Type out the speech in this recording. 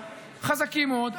חזקים מאוד,